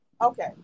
Okay